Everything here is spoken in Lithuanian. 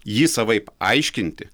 jį savaip aiškinti